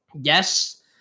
Yes